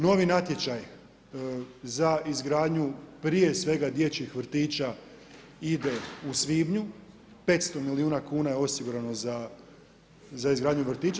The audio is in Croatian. Novi natječaj za izgradnju prije svega dječjih vrtića ide u svibnju, 500 milijuna kuna je osigurano za izgradnju vrtića.